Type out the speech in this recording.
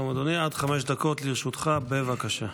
שלום, אדוני, עד חמש דקות לרשותך, בבקשה.